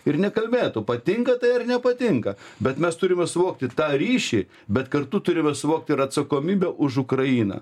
ir nekalbėtų patinka tai ar nepatinka bet mes turime suvokti tą ryšį bet kartu turime suvokti ir atsakomybę už ukrainą